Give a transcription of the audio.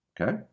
okay